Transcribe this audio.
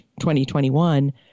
2021